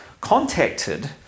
contacted